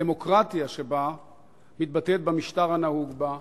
הדמוקרטיה שבה מתבטאת במשטר הנהוג בה,